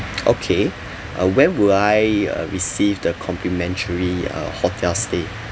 okay uh when will I uh receive the complimentary uh hotel stay